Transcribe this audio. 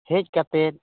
ᱦᱮᱡ ᱠᱟᱛᱮᱫ